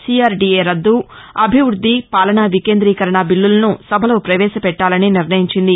CRDA రద్దు అభివృద్ది పాలనా వికేందీకరణ బిల్లులను సభలో ప్రవేశపెట్టాలని నిర్ణయించింది